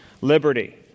Liberty